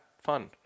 fun